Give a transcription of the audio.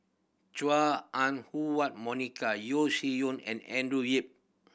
Chua Ah Huwa Monica Yeo Shih Yun and Andrew Yip